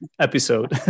episode